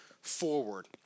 forward